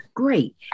Great